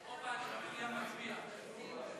(תיקון מס' 20)